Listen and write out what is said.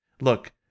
Look